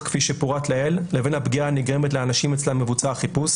כפי שפורט לעיל לבין הפגיעה הנגרמת לאנשים אצלם מבוצע החיפוש